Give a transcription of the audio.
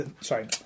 sorry